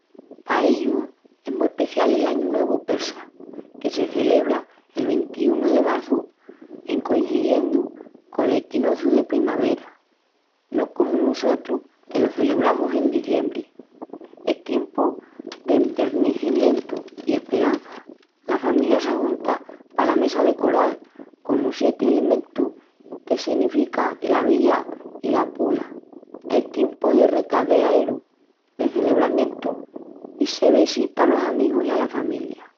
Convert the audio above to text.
Pa ellus es mu especial el añu nuevu persa, que se celebra'l ventiunu de marçu en concidiendu col equinociu de primavera, no comu nosotrus que lo celebramus en deziembri. Es tiempu d'envernecimientu i esperança. La familia s'ajunta pala mesa decoral conos sieti elementus que senifican la vida i la pula. Es tiempu de recadaeru, de celebramientu i se vesita alos amigus i ala familia.